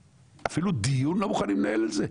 אפילו דיון לא מוכנים לנהל על זה?